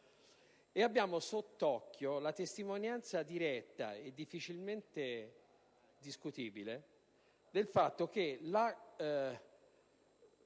avere sott'occhio la testimonianza diretta e difficilmente discutibile del fatto che la